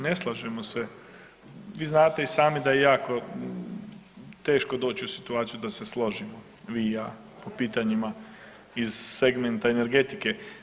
Ne slažemo se, vi znate i sami da je jako teško doći u situaciju da se složimo vi i ja po pitanjima iz segmenta energetike.